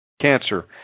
cancer